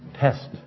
Test